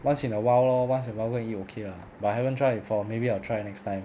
once in a while lor once in a while go and eat okay lah but I haven't tried for maybe I'll try next time